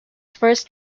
first